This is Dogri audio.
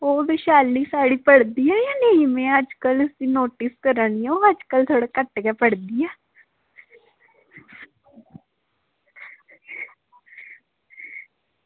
ओह् वैशाली साढ़ी पढ़दी ऐ जां नेईं में अज्जकल उसगी नोटिस करा नी आं ओह् अज्जकल थोह्ड़ा घट्ट गै पढ़दी ऐ